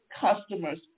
customers